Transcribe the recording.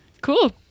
Cool